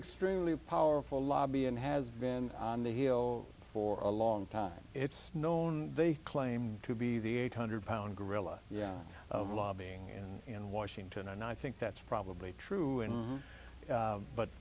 extremely powerful lobby and has been on the hill for a long time it's known they claim to be the eight hundred pound gorilla yeah of lobbying in washington and i think that's probably true and